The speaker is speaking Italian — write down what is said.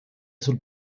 sul